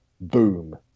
Boom